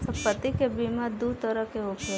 सम्पति के बीमा दू तरह के होखेला